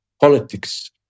politics